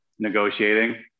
negotiating